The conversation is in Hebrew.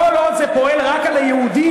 כל עוד זה פועל רק על היהודים,